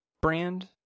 brand